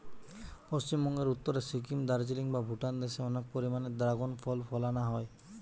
পশ্চিমবঙ্গের উত্তরে সিকিম, দার্জিলিং বা ভুটান দেশে অনেক পরিমাণে দ্রাগন ফল ফলানা হয়